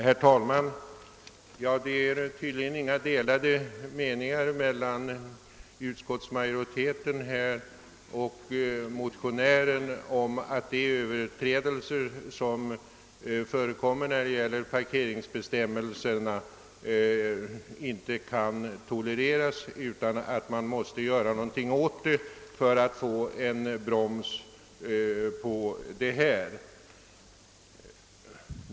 Herr talman! Det föreligger tydligen inga delade meningar mellan utskottsmajoriteten och motionären om att överträdelser mot parkeringsbestämmelserna inte kan tolereras och att det måste göras någonting för att vi skall få en broms på detta.